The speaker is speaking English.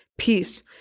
Peace